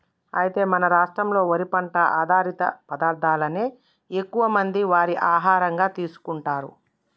అయితే మన రాష్ట్రంలో వరి పంట ఆధారిత పదార్థాలనే ఎక్కువ మంది వారి ఆహారంగా తీసుకుంటారు